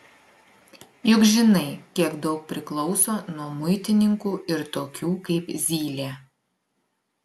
juk žinai kiek daug priklauso nuo muitininkų ir tokių kaip zylė